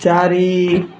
ଚାରି